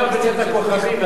היום נגמר בצאת הכוכבים.